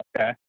Okay